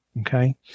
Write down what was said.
okay